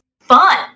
fun